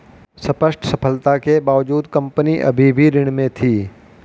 स्पष्ट सफलता के बावजूद कंपनी अभी भी ऋण में थी